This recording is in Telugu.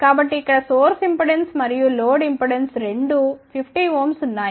కాబట్టి ఇక్కడ సోర్స్ ఇంపెడెన్స్ మరియు లోడ్ ఇంపెడెన్స్ రెండూ 50Ω ఉన్నాయి